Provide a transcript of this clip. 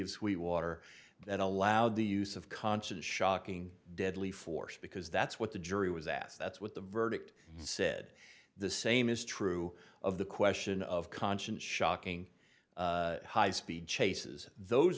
of sweet water that allowed the use of constant shocking deadly force because that's what the jury was asked that's what the verdict said the same is true of the question of conscience shocking high speed chases those